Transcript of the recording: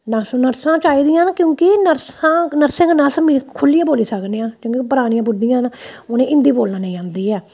nurse नर्सां चाहिदियां न क्योंकि नर्सां नर्सें कन्नै अस खु'ल्लियै बोली सकने आं क्योंकि परानियां बुड्ढियां न उ'नेंगी हिंदी बोलना नेईं आंदी ऐ